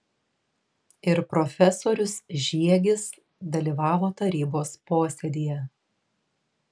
ir profesorius žiegis dalyvavo tarybos posėdyje